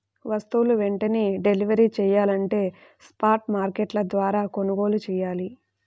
వస్తువులు వెంటనే డెలివరీ చెయ్యాలంటే స్పాట్ మార్కెట్ల ద్వారా కొనుగోలు చెయ్యాలి